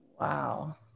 Wow